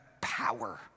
power